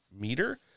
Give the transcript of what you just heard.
meter